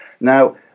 Now